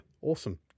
awesome